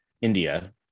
India